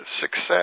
success